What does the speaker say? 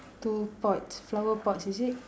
two pots flower pots is it